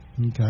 Okay